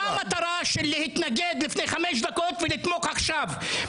מה המטרה להתנגד לפני חמש דקות ולתמוך עכשיו?